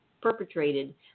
perpetrated